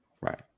Right